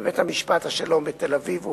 בבית-המשפט השלום בתל-אביב,